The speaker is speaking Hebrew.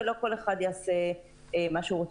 ולא כל אחד יעשה מה שהוא רוצה.